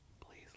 please